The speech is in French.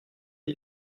des